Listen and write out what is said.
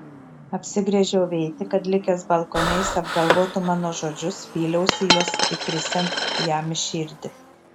apsigręžiau eiti kad likęs balkone jis apgalvotų mano žodžius vyliausi juos įkrisiant jam į širdį